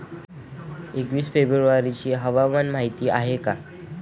एकवीस फेब्रुवारीची हवामान माहिती आहे का?